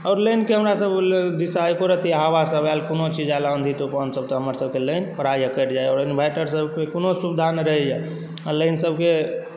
आओर लाइन केँ हमरा सब लए दिश एकोरत्ती हवा सब आयल कोनो चीज आयल आँधी तूफ़ान सब तऽ हमर सबके लाइन प्रायः कटि जाय यऽ इनवैटर सब कऽ कोनो सुविधा नहि रहैया आ लाइन सबकेँ